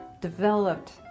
developed